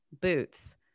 boots